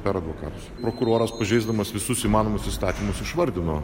per advokatus prokuroras pažeisdamas visus įmanomus įstatymus išvardino